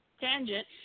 Tangent